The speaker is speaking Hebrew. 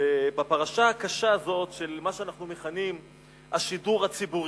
בפרשה הקשה הזאת של מה שאנחנו מכנים "השידור הציבורי",